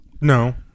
No